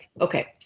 okay